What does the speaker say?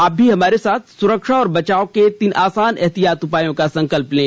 आप भी हमारे साथ सुरक्षा और बचाव के तीन आसान एहतियाती उपायों का संकल्प लें